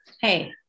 Hey